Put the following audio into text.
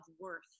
worth